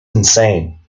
insane